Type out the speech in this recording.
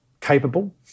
capable